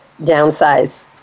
downsize